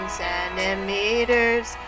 centimeters